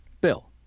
Bill